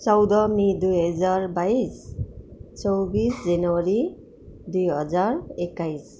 चौध मे दुई हजार बाइस चौबिस जनवरी दुई हजार एक्काइस